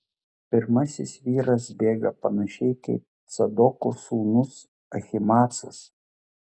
pirmasis vyras bėga panašiai kaip cadoko sūnus ahimaacas